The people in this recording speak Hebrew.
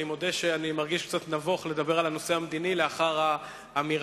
אני מודה שאני מרגיש קצת נבוך לדבר על הנושא המדיני לאחר האמירה